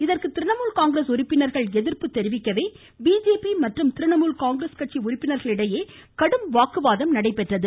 இதற்கு திரிணமுல் காங்கிரஸ் உறுப்பினர்கள் எதிர்ப்பு தெரிவிக்கவே பிஜேபி மற்றும் திரிணமுல் காங்கிரஸ் உறுப்பினர்கள் இடையே கடும் வாக்குவாதம் நடைபெற்றது